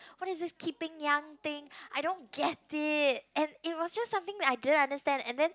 what is this keeping young thing I don't get it and it was just something I didn't understand and then